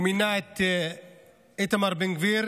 הוא מינה את איתמר בן גביר